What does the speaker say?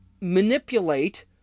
manipulate